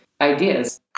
ideas